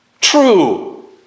true